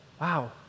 Wow